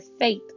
faith